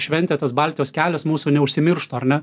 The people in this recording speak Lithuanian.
šventė tas baltijos kelias mūsų neužsimirštų ar ne